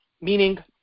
meaning